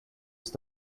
ist